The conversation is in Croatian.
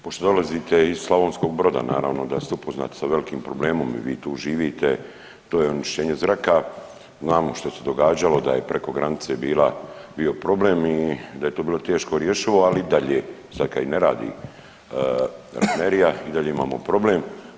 Pošto dolazite iz Slavonskog Broda naravno da ste upoznati sa velik problemom i vi tu živite to je onečišćenje zraka, znamo što se događalo daje preko granice bila, bio problem i da je to bilo teško rješivo, ali i dalje sad kad i ne radi rafinerija i dalje imamo problem.